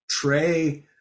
Trey